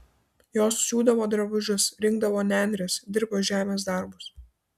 jos siūdavo drabužius rinkdavo nendres dirbo žemės darbus